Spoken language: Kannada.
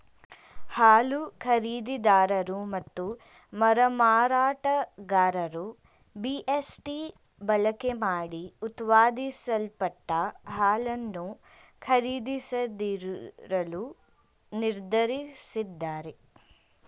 ಹಾಲು ಖರೀದಿದಾರರು ಮತ್ತು ಮರುಮಾರಾಟಗಾರರು ಬಿ.ಎಸ್.ಟಿ ಬಳಕೆಮಾಡಿ ಉತ್ಪಾದಿಸಲ್ಪಟ್ಟ ಹಾಲನ್ನು ಖರೀದಿಸದಿರಲು ನಿರ್ಧರಿಸಿದ್ದಾರೆ